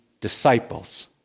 disciples